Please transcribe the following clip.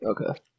Okay